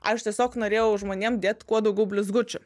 aš tiesiog norėjau žmonėm dėt kuo daugiau blizgučių